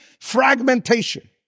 fragmentation